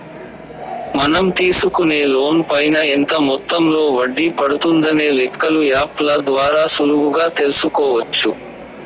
మనం తీసుకునే లోన్ పైన ఎంత మొత్తంలో వడ్డీ పడుతుందనే లెక్కలు యాప్ ల ద్వారా సులువుగా తెల్సుకోవచ్చు